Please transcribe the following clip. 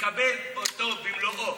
יקבל אותו במלואו.